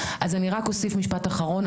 אז אני רק אוסיף משפט אחרון.